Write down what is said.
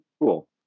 cool